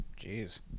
Jeez